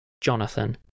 Jonathan